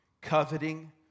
coveting